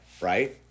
right